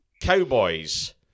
Cowboys